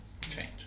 change